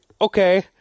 okay